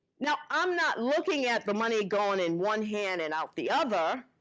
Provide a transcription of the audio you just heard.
now, i'm not looking at the money going in one hand and out the other.